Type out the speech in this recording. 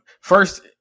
First